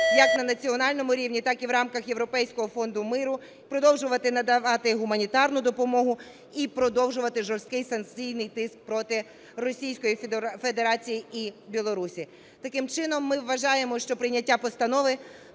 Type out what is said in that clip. як на національному рівні, так і в рамках Європейського фонду миру, продовжувати надавати гуманітарну допомогу і продовжувати жорсткий санкційний тиск проти Російської Федерації і Білорусі. Таким чином, ми вважаємо, що прийняття постанови